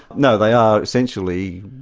no, they are essentially,